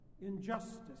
Injustice